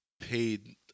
paid